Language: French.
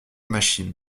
machines